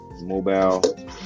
mobile